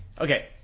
Okay